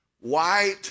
white